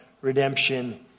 Redemption